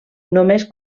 només